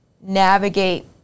navigate